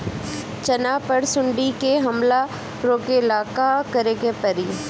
चना पर सुंडी के हमला रोके ला का करे के परी?